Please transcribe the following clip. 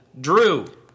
Drew